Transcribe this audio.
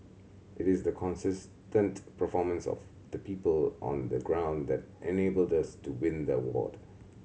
it is the consistent performance of the people on the ground that enabled thus to win the award